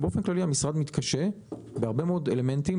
באופן כללי המשרד מתקשה בהרבה מאוד אלמנטים,